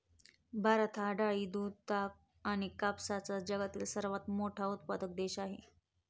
भारत हा डाळी, तांदूळ, दूध, ताग आणि कापसाचा जगातील सर्वात मोठा उत्पादक देश आहे